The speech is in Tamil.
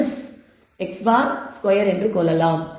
σ xi x̅ ஸ்கொயர்ஆகும்